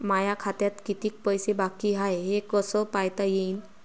माया खात्यात कितीक पैसे बाकी हाय हे कस पायता येईन?